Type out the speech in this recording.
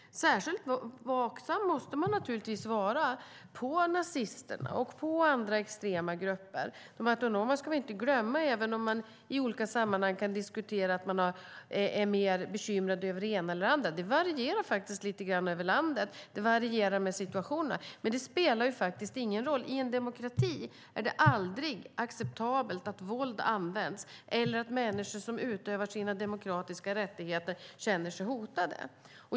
Särskilt vaksam måste man vara på nazisterna och på andra extrema grupper. De autonoma ska vi inte glömma, även om man i olika sammanhang kan diskutera att man är mer bekymrad över det ena än det andra. Det varierar faktiskt lite grann över landet, och det varierar med situationen. Det spelar dock ingen roll; i en demokrati är det aldrig acceptabelt att våld används eller att människor som utövar sina demokratiska rättigheter känner sig hotade.